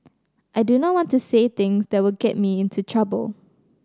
I do not want to say things that will get me into trouble